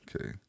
Okay